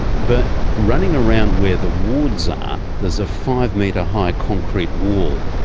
but running around where the wards are, there's a five-metre-high concrete wall.